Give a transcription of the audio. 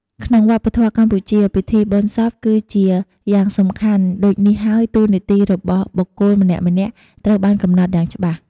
ក្នុងវប្បធម៌កម្ពុជា ពិធីបុណ្យសពគឺជាយ៉ាងសំខាន់ ដូចនេះហើយតួនាទីរបស់បុគ្គលម្នាក់ៗត្រូវបានកំណត់យ៉ាងច្បាស់។